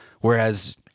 Whereas